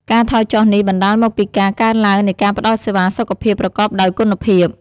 ការថយចុះនេះបណ្តាលមកពីការកើនឡើងនៃការផ្តល់សេវាសុខភាពប្រកបដោយគុណភាព។